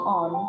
on